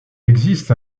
existe